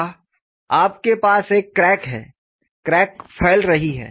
यहां आपके पास एक क्रैक है क्रैक फैल रही है